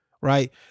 right